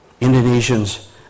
Indonesians